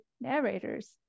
narrators